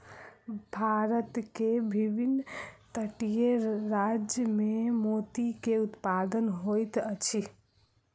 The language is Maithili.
भारत के विभिन्न तटीय राज्य में मोती के उत्पादन होइत अछि